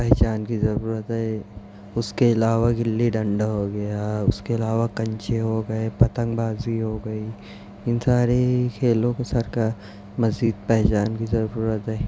پہچان کی ضرورت ہے اس کے علاوہ گلی ڈنڈا ہو گیا اس کے علاوہ کنچے ہو گئے پتنگ بازی ہو گئی ان سارے کھیلوں کو سرکار مزید پہچان کی ضرورت ہے